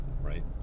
Right